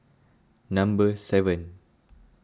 number seven